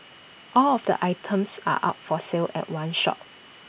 all of the items are up for sale at one shot